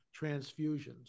transfusions